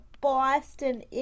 Boston